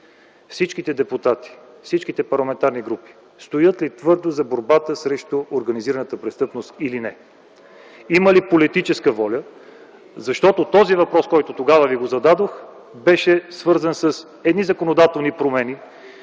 всички депутати, всички парламентарни групи стоят твърдо зад борбата с организираната престъпност или не? Има ли политическа воля? Защото този въпрос, който тогава ви зададох, беше свързан с едни законодателни промени,